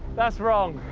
that's wrong.